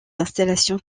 installations